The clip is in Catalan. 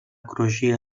crugia